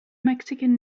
mexican